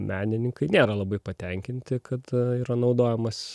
menininkai nėra labai patenkinti kad yra naudojamas